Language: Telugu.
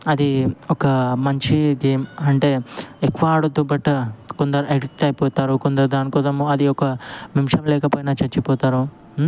అది ఒక మంచి గేమ్ అంటే ఎక్కువాడొద్దు బట్ కొందరు ఎడిక్ట్ ఆయిపోతారు కొందరు దాని కోసము అది ఒక నిముషం లేకపోయినా చచ్చిపోతారు